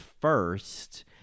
first